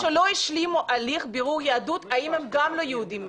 האם אנשים שלא השלימו הליך בירור יהדות האם הם גם לא יהודים מבחינתך?